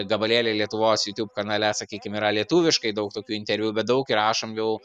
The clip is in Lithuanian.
gabalėliai lietuvos youtube kanale sakykim yra lietuviškai daug tokių interviu bet daug įrašom jau